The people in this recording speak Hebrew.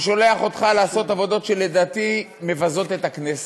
הוא שולח אותך לעשות עבודות שלדעתי מבזות את הכנסת.